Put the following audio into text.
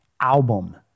album